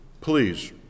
Please